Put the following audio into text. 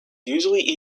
usually